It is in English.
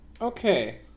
okay